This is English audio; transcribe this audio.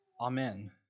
Amen